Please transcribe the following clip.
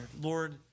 Lord